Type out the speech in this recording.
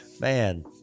Man